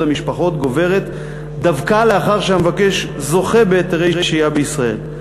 המשפחות גוברת דווקא לאחר שהמבקש זוכה בהיתרי שהייה בישראל.